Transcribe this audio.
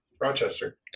Rochester